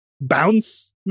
bounce